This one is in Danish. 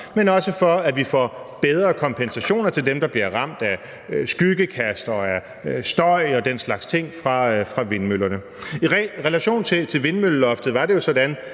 dels om at få bedre kompensationer til dem, der bliver ramt af skyggekast og af støj og den slags ting fra vindmøllerne. I relation til vindmølleloftet var det jo sådan,